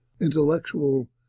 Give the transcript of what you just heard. intellectual